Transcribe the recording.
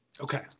Okay